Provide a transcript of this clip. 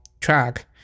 track